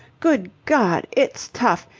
good god! it's tough!